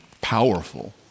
powerful